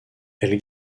elle